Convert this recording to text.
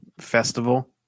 festival